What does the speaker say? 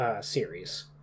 series